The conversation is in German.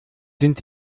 sind